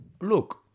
Look